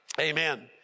Amen